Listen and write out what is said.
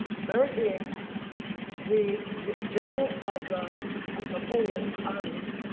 berthier the general of of napoleon's armies,